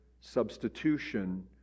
substitution